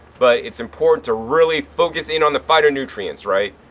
but it's important to really focus in on the phytonutrients, right.